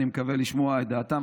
אני מקווה לשמוע את דעתם,